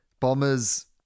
Bombers